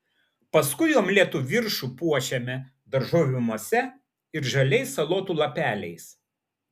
paskui omleto viršų puošiame daržovių mase ir žaliais salotų lapeliais